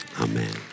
Amen